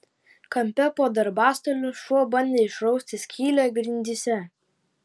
kampe po darbastaliu šuo bandė išrausti skylę grindyse